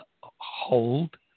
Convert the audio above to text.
hold